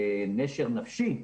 נשר נפשי,